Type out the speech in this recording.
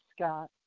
Scott